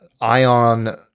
ion